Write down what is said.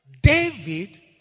David